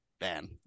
man